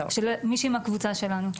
של מישהי מהקבוצה שלנו.